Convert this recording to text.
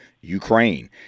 Ukraine